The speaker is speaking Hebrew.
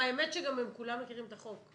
האמת, שהם כולם מכירים את החוק.